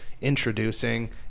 introducing